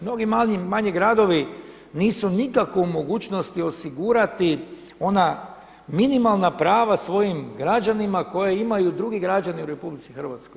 Mnogi manji gradovi nisu nikako u mogućnosti osigurati ona minimalna prava svojim građanima koji imaju drugi građani u RH.